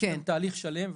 יש כאן תהליך שלם,